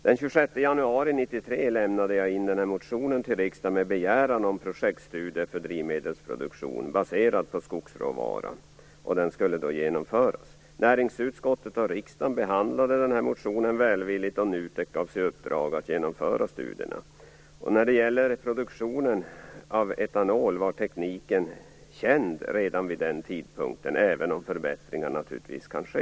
Den 26 januari 1993 lämnade jag in en motion till riksdagen med begäran om att projektstudier för drivmedelsproduktion baserad på skogsråvara skulle genomföras. Näringsutskottet och riksdagen behandlade motionen välvilligt, och NUTEK gavs i uppdrag att genomföra studierna. Tekniken för produktion av etanol var känd redan vid den tidpunkten, även om förbättringar naturligtvis kan ske.